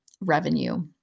revenue